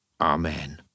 Amen